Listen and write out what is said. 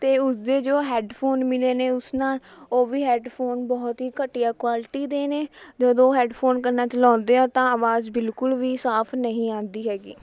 ਅਤੇ ਉਸਦੇ ਜੋ ਹੈੱਡਫੋਨ ਮਿਲੇ ਨੇ ਉਸ ਨਾਲ਼ ਉਹ ਵੀ ਹੈੱਡਫੋਨ ਬਹੁਤ ਹੀ ਘਟੀਆ ਕੁਆਲਿਟੀ ਦੇ ਨੇ ਜਦੋਂ ਹੈੱਡਫੋਨ ਕੰਨਾਂ 'ਚ ਲਾਉਂਦੇ ਹਾਂ ਤਾਂ ਆਵਾਜ਼ ਬਿਲਕੁਲ ਵੀ ਸਾਫ਼ ਨਹੀਂ ਆਉਂਦੀ ਹੈਗੀ